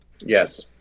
Yes